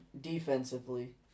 defensively